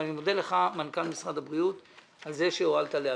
אני מודה לך מנכ"ל משרד הבריאות על כך שהגעת לכאן.